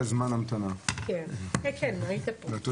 קודם כל